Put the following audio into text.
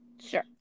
Sure